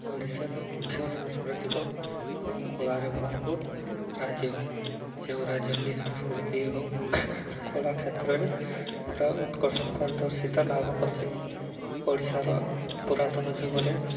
ଓଡ଼ିଶା ଏକ ମୁଖ୍ୟ ସାଂସ୍କୃତିକ ଏବଂ କଳାରେ ଭରପୁର ରାଜ୍ୟ ଯେଉଁ ରାଜ୍ୟ କି ସାଂସ୍କୃତି ଏବଂ କଳା କ୍ଷେତ୍ରରେ ପୁରା ଉତ୍କର୍ଷ ପରିିଦର୍ଶତା ଲାଭ କରିଛି ଓଡ଼ିଶାର ପୁରାତନ ଯୁଗରେ